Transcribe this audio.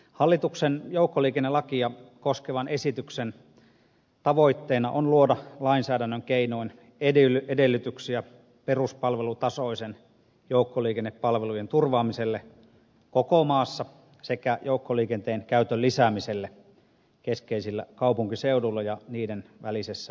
hallituksen joukkoliikennelakia koskevan esityksen tavoitteena on luoda lainsäädännön keinoin edellytyksiä peruspalvelutasoisten joukkoliikennepalvelujen turvaamiselle koko maassa sekä joukkoliikenteen käytön lisäämiselle keskeisillä kaupunkiseuduilla ja niiden välisessä liikenteessä